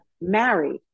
married